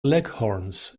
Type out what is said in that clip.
leghorns